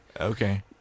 Okay